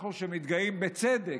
אנחנו, שמתגאים, ובצדק,